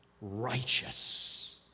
righteous